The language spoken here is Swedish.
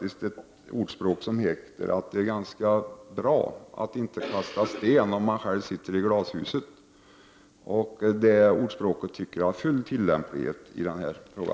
finns ett ordspråk som säger att man inte skall kasta sten om man sitter i glashus. Det ordspråket har full tillämplighet i denna fråga.